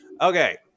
Okay